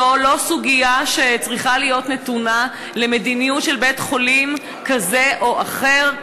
זו לא סוגיה שצריכה להיות נתונה למדיניות של בית-חולים כזה או אחר,